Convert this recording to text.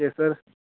केसर